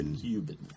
Cuban